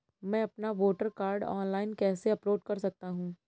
मैं अपना voter card online कैसे अपलोड कर सकता हूँ?